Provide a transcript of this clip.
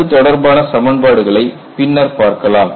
அது தொடர்பான சமன்பாடுகளை பின்னர் பார்க்கலாம்